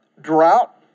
drought